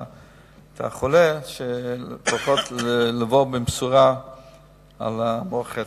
את החולה, לפחות שיבואו בבשורה על מוח העצם.